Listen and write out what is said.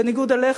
בניגוד אליך,